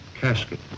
casket